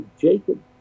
Jacob